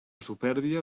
supèrbia